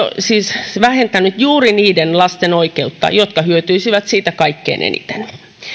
siis vähentänyt juuri niiden lasten oikeutta jotka hyötyisivät siitä kaikkein eniten